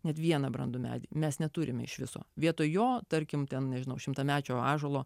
net vieną brandų medį mes neturime iš viso vietoj jo tarkim ten nežinau šimtamečio ąžuolo